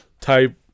type